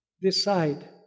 Decide